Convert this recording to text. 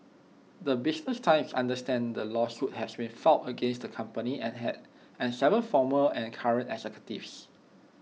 the business times understands the lawsuit has been filed against the company and had and Seven former and current executives